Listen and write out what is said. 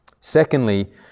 Secondly